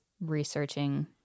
researching